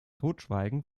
totschweigen